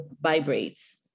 vibrates